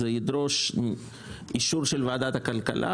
זה ידרוש אישור ועדת הכלכלה,